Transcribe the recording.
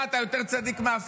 מה, אתה יותר צדיק מהאפיפיור?